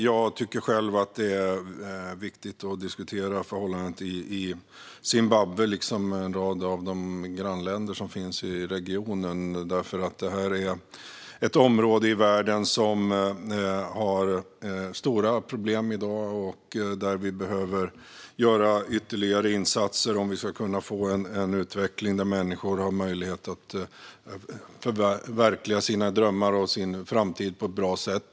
Jag tycker själv att det är viktigt att diskutera förhållandena i Zimbabwe liksom i en rad av dess grannländer eftersom den regionen är ett område i världen som i dag har stora problem och där vi behöver göra ytterligare insatser om vi ska kunna få en utveckling där människor har möjlighet att förverkliga sina drömmar om framtiden på ett bra sätt.